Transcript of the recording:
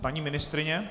Paní ministryně?